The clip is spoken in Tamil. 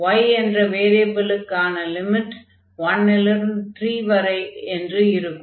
y என்ற வேரியபிலுக்கான லிமிட் 1 லிருந்து 3 வரை என்று இருக்கும்